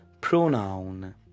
pronoun